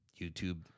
YouTube